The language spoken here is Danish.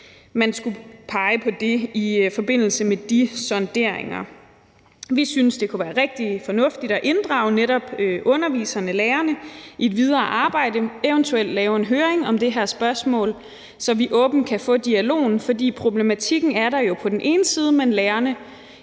man skulle pege på det i forbindelse med de sonderinger. Vi synes, at det kunne være rigtig fornuftigt at inddrage netop underviserne, lærerne i et videre arbejde, eventuelt lave en høring om det her spørgsmål, så vi åbent kan få dialogen, for problematikken er der jo på den ene side, mens lærerne